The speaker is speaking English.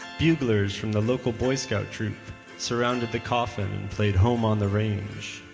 buglers from the local boy scouts troop surrounded the coffin and played home on the range.